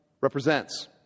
represents